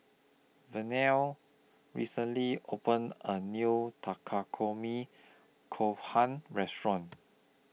Vernie recently opened A New Takikomi Gohan Restaurant